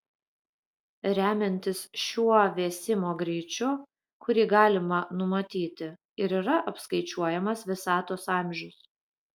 remiantis šiuo vėsimo greičiu kurį galima numatyti ir yra apskaičiuojamas visatos amžius